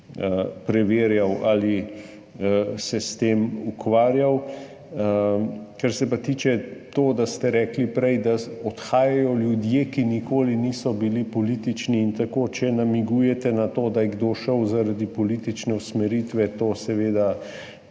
preverjal ali se s tem ukvarjal. Kar se pa tiče tega, da ste rekli prej, da odhajajo ljudje, ki nikoli niso bili politični in tako. Če namigujete na to, da je kdo šel zaradi politične usmeritve, to seveda